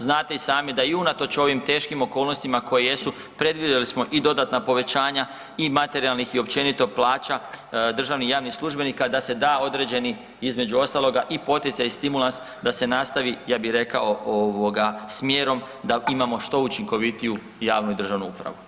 Znate i sami da i unatoč ovim teškim okolnostima koje jesu, predvidjeli smo i dodatna povećanja i materijalnih i općenito plaća državnih i javnih službenika, da se da određeni, između ostaloga i poticaj i stimulans, da se nastavi, ja bih rekao, smjerom da imamo što učinkovitiju i javnu i državnu upravu.